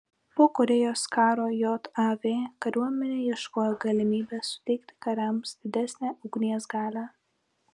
po korėjos karo jav kariuomenė ieškojo galimybės suteikti kariams didesnę ugnies galią